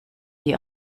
die